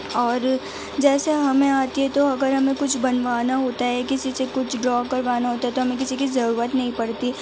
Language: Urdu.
اور جیسے ہمیں آتی ہے تو اگر ہمیں کچھ بنوانا ہوتا ہے کسی سے کچھ ڈرا کروانا ہوتا ہے تو ہمیں کسی کی ضرورت نہیں پڑتی